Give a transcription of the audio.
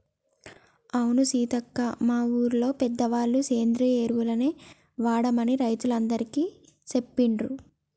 అవును సీతక్క మా ఊరిలో పెద్దవాళ్ళ సేంద్రియ ఎరువులనే వాడమని రైతులందికీ సెప్పిండ్రు